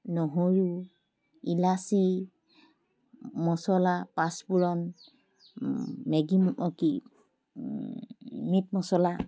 নহৰু ইলাচি মছলা পাঁচফোৰণ মেগি ম কি মিট মছলা